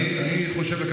אני מאשרת.